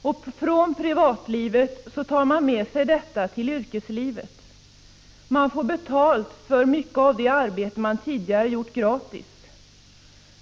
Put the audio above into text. Från privatlivet tar man med sig detta till yrkeslivet. Man får betalt för mycket av det arbete man tidigare gjort gratis.